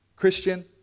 Christian